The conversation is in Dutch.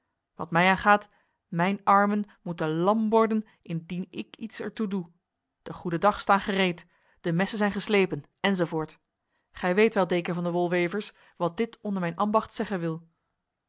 wat mij aangaat mijn armen moeten lam worden indien ik iets ertoe doe de goedendags staan gereed de messen zijn geslepen enzovoorts gij weet wel deken van de wolwevers wat dit onder mijn ambacht zeggen wil